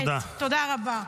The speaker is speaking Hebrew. תודה רבה.